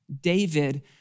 David